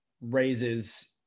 raises